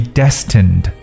destined